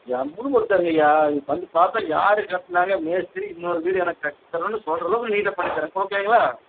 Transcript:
ஜம்முன்னு போட்டு தரங்க ஐயா இதை வந்து பார்த்தா யார் கட்னாங்க மேஸ்திரி இன்னொரு வீடு எனக்கு கட்டித்தரணுன்னு சொல்கிற அளவுக்கு நீட்டாக பண்ணித்தரன் ஓகேங்களா